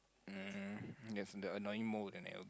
mm there's the annoying mold and algae